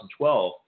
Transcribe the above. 2012